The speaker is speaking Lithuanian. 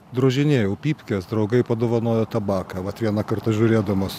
drožinėjau pypkes draugai padovanojo tabaką vat vieną kartą žiūrėdamas